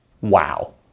Wow